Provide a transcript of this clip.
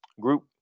Group